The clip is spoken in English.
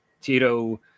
Tito